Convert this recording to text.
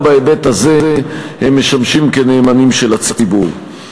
גם בהיבט הזה הם משמשים כנאמנים של הציבור.